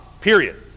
period